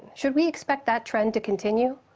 should we expect that trend to continue?